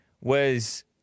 was-